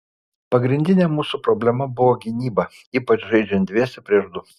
pagrindinė mūsų problema buvo gynyba ypač žaidžiant dviese prieš du